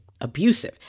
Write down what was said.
abusive